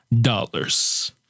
dollars